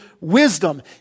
wisdom